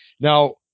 Now